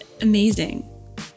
amazing